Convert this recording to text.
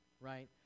right